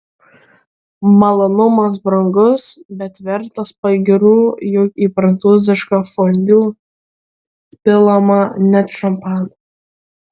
malonumas brangus bet vertas pagyrų juk į prancūzišką fondiu pilama net šampano